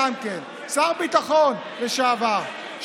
שר ביטחון לשעבר,